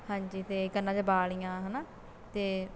ਹਾਂਜੀ ਅਤੇ ਕੰਨਾਂ 'ਚ ਬਾਲੀਆਂ ਹੈ ਨਾ ਅਤੇ